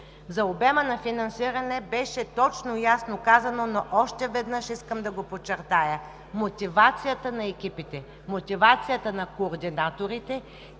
За обема на финансиране беше точно и ясно казано, но още веднъж искам да го подчертая. Мотивацията на екипите, мотивацията на координаторите